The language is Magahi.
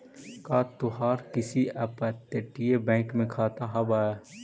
का तोहार किसी अपतटीय बैंक में खाता हाव